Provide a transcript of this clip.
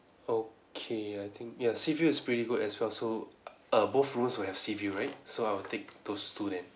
okay I think ya sea view is pretty good as well so err both rooms will have sea view right so I will take those two then